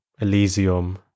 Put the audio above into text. Elysium